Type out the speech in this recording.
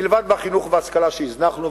מלבד החינוך וההשכלה שהזנחנו,